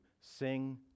sing